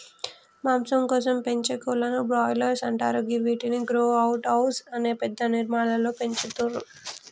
మాంసం కోసం పెంచే కోళ్లను బ్రాయిలర్స్ అంటరు గివ్విటిని గ్రో అవుట్ హౌస్ అనే పెద్ద నిర్మాణాలలో పెంచుతుర్రు